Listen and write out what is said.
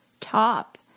top